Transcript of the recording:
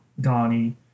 Donnie